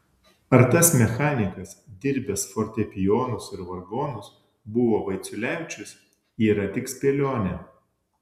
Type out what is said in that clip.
ar tas mechanikas dirbęs fortepijonus ir vargonus buvo vaiciulevičius yra tik spėlionė